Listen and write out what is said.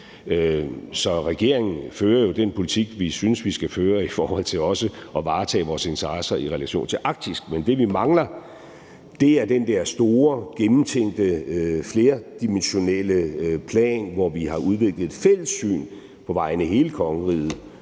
Så regeringen fører jo den politik, vi synes vi skal føre i forhold til også at varetage vores interesser i relation til Arktis, men det, vi mangler, er den der store gennemtænkte flerdimensionelle plan, hvor vi har udviklet et fælles syn på vegne af hele kongeriget